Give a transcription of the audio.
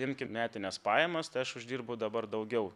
imkim metines pajamas tai aš uždirbu dabar daugiau